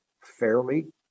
fairly